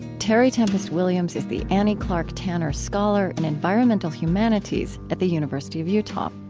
terry tempest williams is the annie clark tanner scholar in environmental humanities at the university of utah.